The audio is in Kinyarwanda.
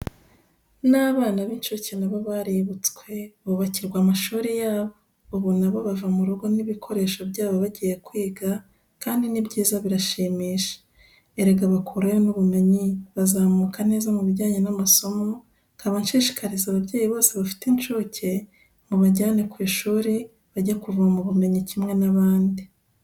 N'abana b'incuke na bo baributswe bubakirwa amashuri yabo, ubu na bo bava mu rugo n'ibikoresho byabo bagiye kwiga kandi ni byiza birashimisha. Erega bakurayo n'ubumenyi, bazamuka neza mu bijyanye n'amasomo, nkaba nshishikariza ababyeyi bose bafite incuke, mu bajyane ku ishuri bajye kuvoma ubumenyi kimwe n'abandi.